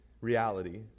reality